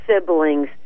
siblings